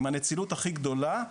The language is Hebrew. עם הנצילות הכי גדולה,